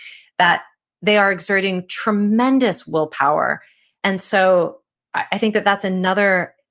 that they are exerting tremendous willpower and so i think that that's another,